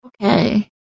Okay